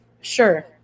Sure